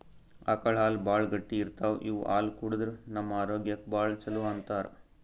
ಆಕಳ್ ಹಾಲ್ ಭಾಳ್ ಗಟ್ಟಿ ಇರ್ತವ್ ಇವ್ ಹಾಲ್ ಕುಡದ್ರ್ ನಮ್ ಆರೋಗ್ಯಕ್ಕ್ ಭಾಳ್ ಛಲೋ ಅಂತಾರ್